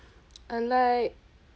I like